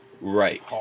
Right